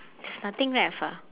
there's nothing left ah